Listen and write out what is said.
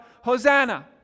Hosanna